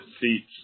seats